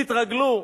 תתרגלו.